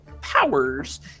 powers